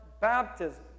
baptism